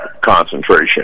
concentration